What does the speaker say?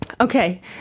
Okay